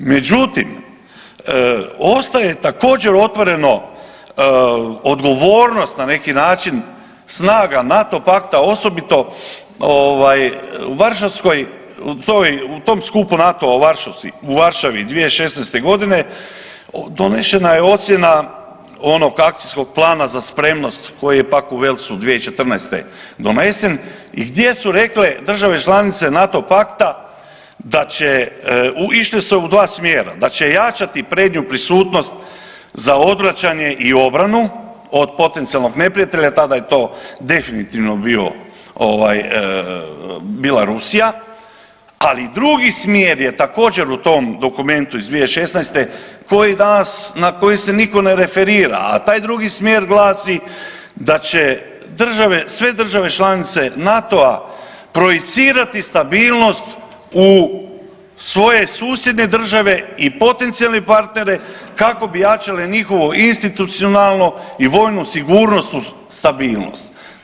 Međutim, ostaje također otvoreno odgovornost na neki način snaga NATO pakta osobito u varšavskoj u tom skupu NATO-a u Varšavi 2016.g. donešena je ocjena onog akcijskog plana za spremnost koji je pak u Walesu 2014. donesen i gdje su rekle države članice NATO pakta da će išlo se u dva smjera, da će jačati prednju prisutnost za odvraćanje i obranu od potencijalnog neprijatelja jel tada je to definitivno bila Rusija, ali drugi smjer je također u tom dokumentu iz 2016. koji danas na koji se niko ne referira, a taj drugim smjer glasi da će sve države članice NATO-a projicirati stabilnost u svoje susjedne države i potencijalne partnere kako bi jačale njihovu institucionalnu i vojnu sigurnost i stabilnost.